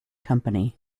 company